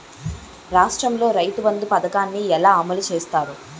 రాష్ట్రంలో రైతుబంధు పథకాన్ని ఎలా అమలు చేస్తారు?